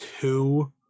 two